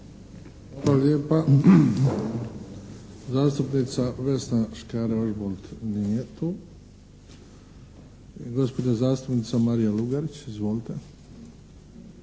Hvala lijepa. Zastupnica Vesna Škare-Ožbolt. Nije tu. Gospođa zastupnica Marija Lugarić. Izvolite!